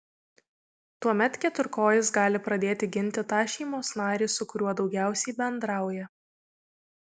tuomet keturkojis gali pradėti ginti tą šeimos narį su kuriuo daugiausiai bendrauja